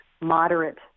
moderate